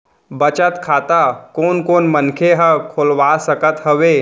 बचत खाता कोन कोन मनखे ह खोलवा सकत हवे?